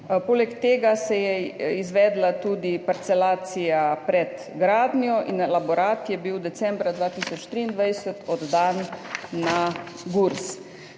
Poleg tega se je izvedla tudi parcelacija pred gradnjo in elaborat je bil decembra 2023 oddan na Gurs.